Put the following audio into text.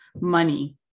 money